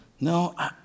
no